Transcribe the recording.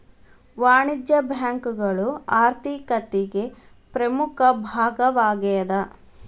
ವಾಣಿಜ್ಯ ಬ್ಯಾಂಕುಗಳು ಆರ್ಥಿಕತಿಗೆ ಪ್ರಮುಖ ಭಾಗವಾಗೇದ